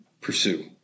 pursue